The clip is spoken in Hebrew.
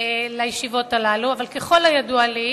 לישיבות האלה, אבל ככל הידוע לי,